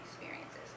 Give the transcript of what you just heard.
experiences